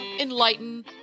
enlighten